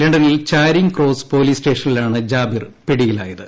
ലണ്ടനിൽ Charing Cross police സ്റ്റേഷനിലാണ് ജാബിർ പിടിയിലായത്